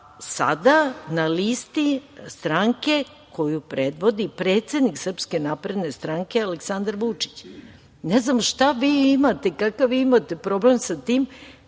sada na listi stranke koju predvodi predsednik SNS, Aleksandar Vučić. Ne znam šta vi imate, kakav imate problem sa tim